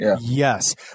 Yes